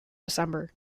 december